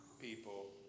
people